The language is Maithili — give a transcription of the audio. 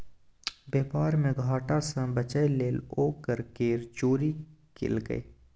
बेपार मे घाटा सँ बचय लेल ओ कर केर चोरी केलकै